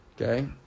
okay